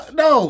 no